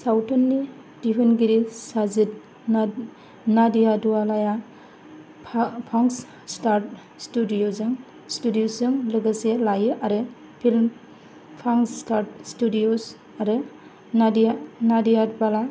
सावथुननि दिहुनगिरि साजिद नाडियाडवालाया फॉक्स स्टार स्टुडिय'जों लोगो लायो आरो फिल्म फॉक्स स्टार स्टुडिय' आरो नाडियाडवाला